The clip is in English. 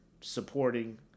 supporting